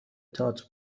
تئاتر